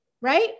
right